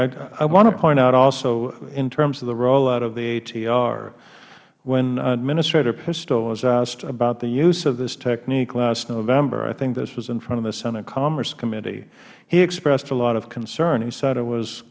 be i want to point out also in terms of the rollout of the atr when administrator pistole was asked about the use of this technique last november i think this was in front of the senate commerce committee he expressed a lot of concern he said it was